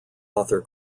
author